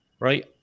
Right